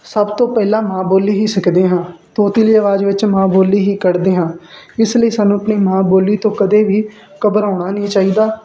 ਸਭ ਤੋਂ ਪਹਿਲਾਂ ਮਾਂ ਬੋਲੀ ਹੀ ਸਿਖਦੇ ਹਾਂ ਤੋਤਲੀ ਆਵਾਜ਼ ਵਿੱਚ ਮਾਂ ਬੋਲੀ ਹੀ ਕੱਢਦੇ ਹਾਂ ਇਸ ਲਈ ਸਾਨੂੰ ਆਪਣੀ ਮਾਂ ਬੋਲੀ ਤੋਂ ਕਦੇ ਵੀ ਘਬਰਾਉਣਾ ਨਹੀਂ ਚਾਹੀਦਾ